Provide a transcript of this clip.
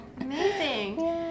amazing